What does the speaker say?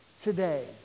Today